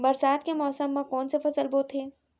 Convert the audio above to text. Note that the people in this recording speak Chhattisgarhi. बरसात के मौसम मा कोन से फसल बोथे?